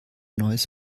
neues